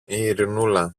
ειρηνούλα